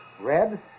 Red